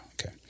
okay